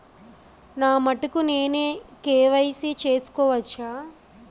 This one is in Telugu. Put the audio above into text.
నా మటుకు నేనే కే.వై.సీ చేసుకోవచ్చా?